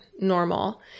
normal